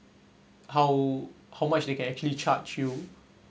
how how much they can actually charge you